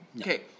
okay